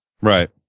Right